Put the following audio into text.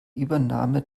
übernahme